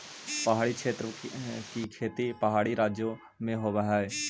पहाड़ी क्षेत्र की खेती पहाड़ी राज्यों में होवअ हई